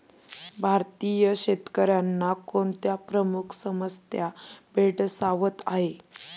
भारतीय शेतकऱ्यांना कोणत्या प्रमुख समस्या भेडसावत आहेत?